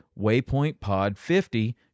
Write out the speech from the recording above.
waypointpod50